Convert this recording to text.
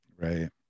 Right